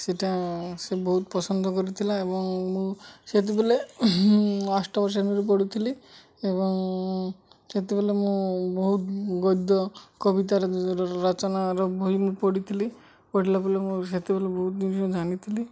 ସେଇଟା ସେ ବହୁତ ପସନ୍ଦ କରିଥିଲା ଏବଂ ମୁଁ ସେତେବେଳେ ମୁଁ ଅଷ୍ଟମ ଶ୍ରେଣୀରେ ପଢ଼ୁଥିଲି ଏବଂ ସେତେବେଳେ ମୁଁ ବହୁତ ଗଦ୍ୟ କବିତାର ରଚନାର ବହି ମୁଁ ପଢ଼ିଥିଲି ପଢ଼ିଲା ବେଲେ ମୁଁ ସେତେବେଳେ ବହୁତ ଜିନିଷ ଜାଣିଥିଲି